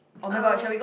uh